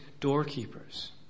doorkeepers